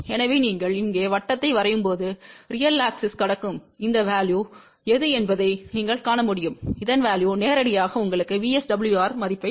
எனவே நீங்கள் இங்கே வட்டத்தை வரையும்போது ரியல் ஆக்ஸிஸ் கடக்கும் இந்த வேல்யு எது என்பதை நீங்கள் காண முடியும் இதன் வேல்யு நேரடியாக உங்களுக்கு VSWR மதிப்பை 3